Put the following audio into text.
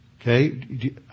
Okay